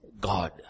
God